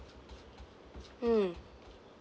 mm